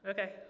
Okay